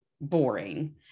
boring